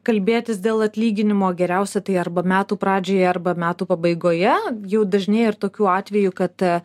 kalbėtis dėl atlyginimo geriausia tai arba metų pradžioje arba metų pabaigoje jau dažnėja ir tokių atvejų kad